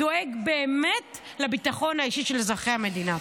דואג באמת לביטחון האישי של אזרחי המדינה.